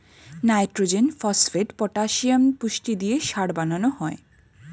nitrogen, phosphate, potassium পুষ্টি দিয়ে সার বানানো হয়